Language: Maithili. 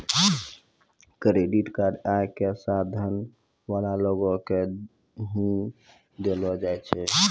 क्रेडिट कार्ड आय क साधन वाला लोगो के ही दयलो जाय छै